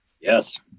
Yes